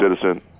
citizen